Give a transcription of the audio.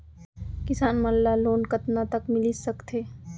किसान मन ला लोन कतका तक मिलिस सकथे?